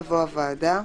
יבוא: "הוועדה"